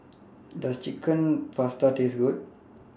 Does Chicken Pasta Taste Good